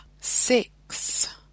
six